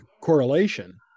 correlation